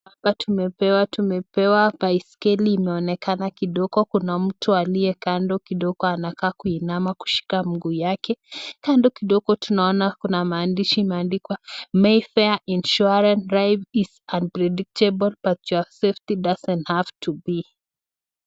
Hapa tumepewa baiskeli imeonekana kidogo, kuna mtu aliye kando kidogo anakaa kuinama kushika mguu yake. Kando kidogo tunaona kuna maandishi imeandikwa Mayfair Insurance, Drive is unpredictable but your safety doesn't have to be .